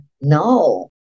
no